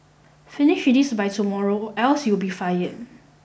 finish this by tomorrow or else you'll be fired